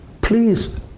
Please